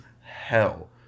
hell